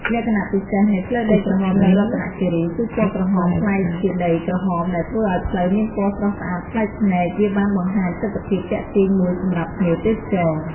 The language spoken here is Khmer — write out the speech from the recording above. លក្ខណៈពិសេសនៃផ្លូវដីក្រហមនៅរតនគិរី គឺពណ៌ក្រហមប្លែកជាដីក្រហមដែលធ្វើឱ្យផ្លូវមានពណ៌ស្រស់ស្អាតប្លែកភ្នែក វាបានបង្ហាញទិដ្ឋភាពទាក់ទាញមួយសម្រាប់ភ្ញៀវទេសចរ។